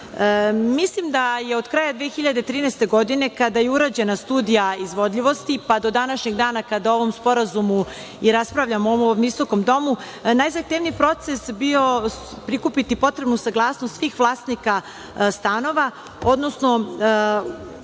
Mislim da je od kraja 2013. godine kada je urađena studija izvodljivosti, pa do današnjeg dana kada o ovom sporazumu i raspravljamo u ovom visokom domu, najzahtevniji proces bio prikupiti potrebnu saglasnost svih vlasnika stanova, odnosno